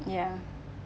ya